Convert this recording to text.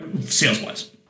Sales-wise